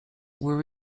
were